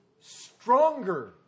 stronger